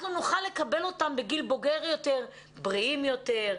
אנחנו נוכל לקבל אותם בגיל בוגר בריאים יותר,